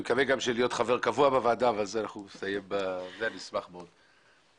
אני מקווה גם להיות חבר קבוע בוועדה ואני אשמח מאוד לכך.